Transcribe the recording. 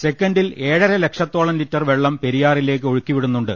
സെക്കന്റിൽ ഏഴരല ക്ഷത്തോളം ലിറ്റർ വെള്ളം പെരിയാറിലേക്ക് ഒഴുക്കിവിടുന്നുണ്ട്